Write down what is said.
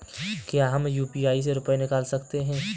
क्या हम यू.पी.आई से रुपये निकाल सकते हैं?